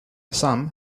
some